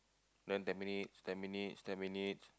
then ten minutes ten minutes ten minutes